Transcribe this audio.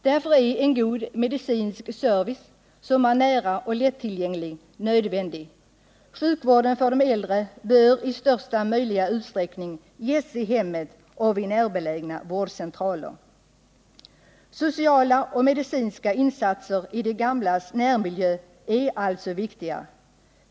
Därför är en god medicinsk service, som är nära och lättillgänglig, nödvändig. Sjukvården för de äldre bör i största möjliga utsträckning ges i hemmet och vid närbelägna vårdcentraler. Sociala och medicinska insatser i de gamlas närmiljö är alltså viktiga.